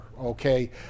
okay